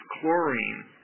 chlorine